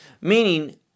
meaning